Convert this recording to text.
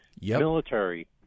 military